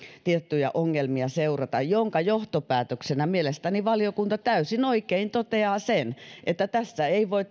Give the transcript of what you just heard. tiettyjä ongelmia seurata jonka johtopäätöksenä mielestäni valiokunta täysin oikein toteaa sen että tässä taloustilanteessa ei voi